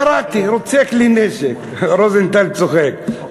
קראתי: רוצה כלי נשק, רוזנטל צוחק.